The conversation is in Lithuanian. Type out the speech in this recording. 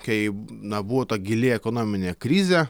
kaip na buvo ta gili ekonominė krizė